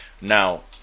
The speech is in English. now